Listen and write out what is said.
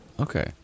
Okay